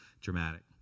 dramatic